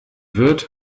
wird